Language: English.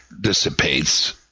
dissipates